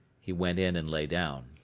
he went in and lay down.